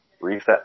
reset